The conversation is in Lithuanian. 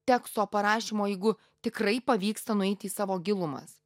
teksto parašymo jeigu tikrai pavyksta nueiti į savo gilumas